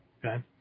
Okay